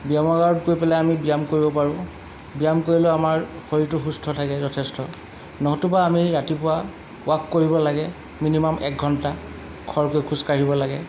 ব্যায়ামাগাৰত গৈ পেলাই আমি ব্যায়াম কৰিব পাৰোঁ ব্যায়াম কৰিলেও আমাৰ শৰীৰটো সুস্থ থাকে যথেষ্ট নতুবা আমি ৰাতিপুৱা ৱাক কৰিব লাগে মিনিমাম এক ঘণ্টা খৰকৈ খোজকাঢ়িব লাগে